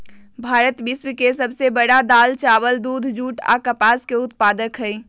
भारत विश्व के सब से बड़ दाल, चावल, दूध, जुट आ कपास के उत्पादक हई